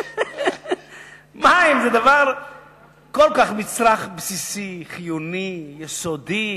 מים זה מצרך כל כך בסיסי, חיוני, יסודי.